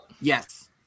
yes